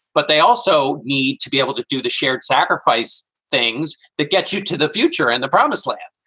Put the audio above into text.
but they also need to be able to do the shared sacrifice, things that get you to the future and the promised land,